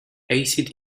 acid